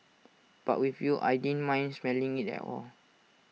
but with you I didn't mind smelling IT at all